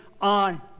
on